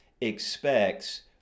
expects